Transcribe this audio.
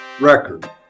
record